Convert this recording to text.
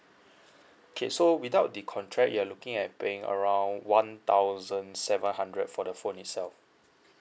K so without the contract you're looking at paying around one thousand seven hundred for the phone itself